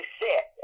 sit